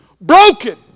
Broken